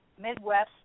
Midwest